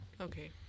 Okay